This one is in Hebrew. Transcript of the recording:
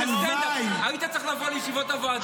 הלוואי --- היית צריך לבוא לישיבות הוועדה